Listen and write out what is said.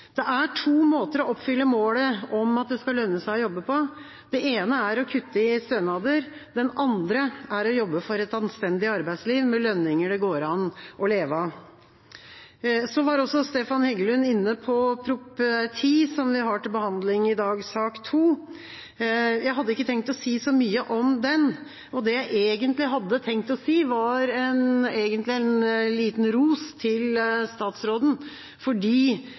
er på to måter man kan oppfylle målet om at det skal lønne seg å jobbe: Den ene er å kutte i stønader. Den andre er å jobbe for et anstendig arbeidsliv, med lønninger det går an å leve av. Stefan Heggelund var også inne på Prop. 10 L for 2014–2015, som vi har til behandling i dag under sak nr. 2. Jeg hadde ikke tenkt å si så mye om den, men det jeg egentlig hadde tenkt, var å gi litt ros til statsråden.